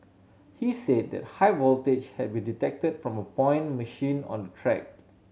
he said that high voltage had been detected from a point machine on track